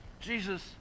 Jesus